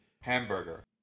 hamburger